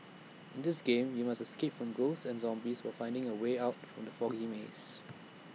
in this game you must escape from ghosts and zombies while finding A way out from the foggy maze